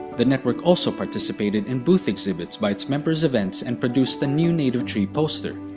the network also participated in booth exhibits by its members' events and produced a new native tree poster.